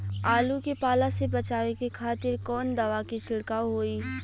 आलू के पाला से बचावे के खातिर कवन दवा के छिड़काव होई?